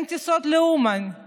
אין טיסות לאומן.